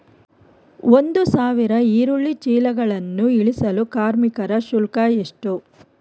ಒಂದು ಸಾವಿರ ಈರುಳ್ಳಿ ಚೀಲಗಳನ್ನು ಇಳಿಸಲು ಕಾರ್ಮಿಕರ ಶುಲ್ಕ ಎಷ್ಟು?